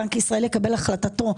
בנק ישראל יקבל החלטתו,